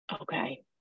okay